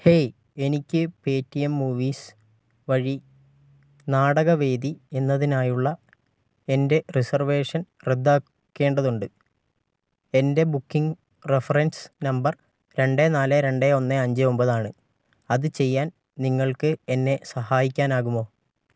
hey എനിക്ക് Paytm movies വഴി നാടകവേദി എന്നതിനായുള്ള എൻ്റെ റിസർവേഷൻ റദ്ദാക്കേണ്ടതുണ്ട് എൻ്റെ ബുക്കിംഗ് റഫറൻസ് നമ്പർ രണ്ട് നാല് രണ്ട് ഒന്ന് അഞ്ച് ഒമ്പതാണ് അത് ചെയ്യാൻ നിങ്ങൾക്ക് എന്നെ സഹായിക്കാനാകുമോ